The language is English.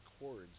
chords